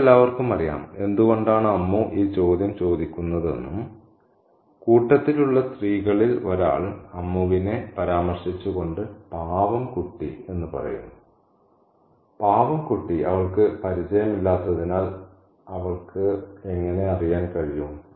നമുക്കെല്ലാവർക്കും അറിയാം എന്തുകൊണ്ടാണ് അമ്മു ഈ ചോദ്യം ചോദിക്കുന്നതെന്നും കൂട്ടത്തിലുള്ള സ്ത്രീകളിൽ ഒരാൾ അമ്മുവിനെ പരാമർശിച്ചുകൊണ്ട് "പാവം കുട്ടി" എന്ന് പറയുന്നു "പാവം കുട്ടി അവൾക്ക് പരിചയമില്ലാത്തതിനാൽ അവൾക്ക് എങ്ങനെ അറിയാൻ കഴിയും